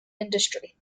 industry